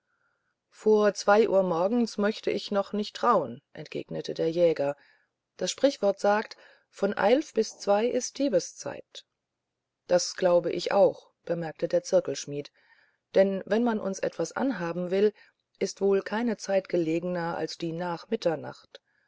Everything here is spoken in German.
vor zwei uhr morgens möcht ich doch nicht trauen entgegnete der jäger das sprichwort sagt von eilf bis zwei uhr ist diebes zeit das glaube ich auch bemerkte der zirkelschmidt denn wenn man uns etwas anhaben will ist wohl keine zeit gelegener als die nach mitternacht